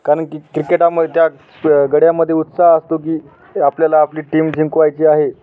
कारण की क्रिकेटामध्ये त्या गड्यामध्ये उत्साह असतो की आपल्याला आपली टीम जिंकवायची आहे